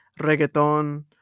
reggaeton